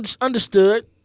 understood